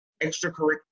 extracurricular